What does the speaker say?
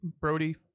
brody